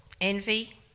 envy